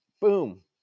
boom